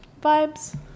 vibes